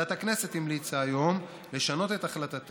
ועדת הכנסת המליצה היום לשנות את ההחלטה